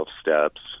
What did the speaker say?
steps